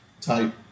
type